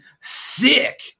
sick